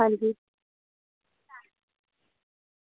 अंजी